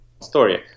story